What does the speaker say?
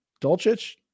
Dolchich